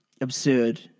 Absurd